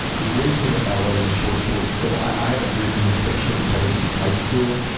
the great thing about writing a short short so i haven't written fiction probably since high school.